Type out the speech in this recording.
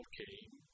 came